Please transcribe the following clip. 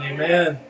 Amen